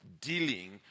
dealing